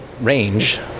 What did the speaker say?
range